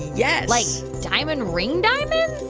yes like diamond-ring diamonds?